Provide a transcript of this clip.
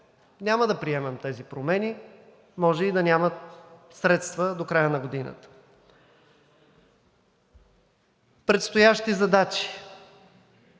няма да приемем тези промени, може и да няма средства до края на годината. Предстоящи задачи.